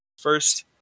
first